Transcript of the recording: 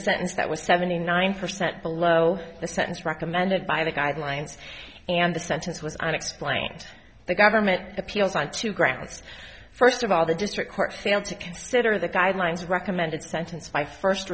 sentence that was seventy nine percent below the sentence recommended by the guidelines and the sentence was unexplained the government appeals i two grounds first of all the district court failed to consider the guidelines recommended sentence by first